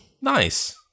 Nice